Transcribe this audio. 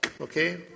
Okay